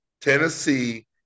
Tennessee